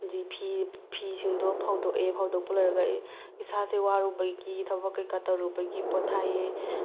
ꯐꯤ ꯐꯤ ꯁꯤꯡꯗꯣ ꯐꯧꯗꯣꯛꯑꯦ ꯐꯧꯗꯣꯛꯄ ꯂꯣꯏꯔꯒ ꯑꯩ ꯏꯁꯥꯁꯦ ꯋꯥꯔꯨꯕꯒꯤ ꯊꯕꯛ ꯀꯩꯀꯥ ꯇꯧꯔꯨꯕꯒꯤ ꯄꯣꯊꯥꯏꯑꯦ